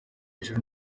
hejuru